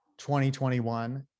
2021